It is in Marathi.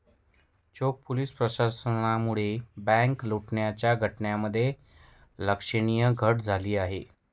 चोख पोलीस प्रशासनामुळे बँक लुटण्याच्या घटनांमध्ये लक्षणीय घट झाली आहे